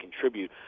contribute